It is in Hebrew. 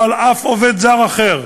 לא על אף מעסיק עובד זר אחר.